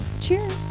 Cheers